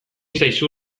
zaizu